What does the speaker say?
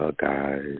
guys